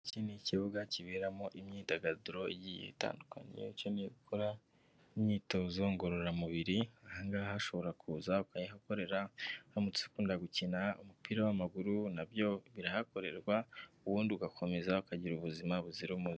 Iki ni ikibuga kiberamo imyidagaduro igiye itandukanye, ukeneye gukora imyitozo ngororamubiri ahangaha ushobora kuza ukayihakorera, uramutse ukunda gukina umupira w'amaguru n'abyo birahakorerwa ,ubundi ugakomeza ukagira ubuzima buzira umuze.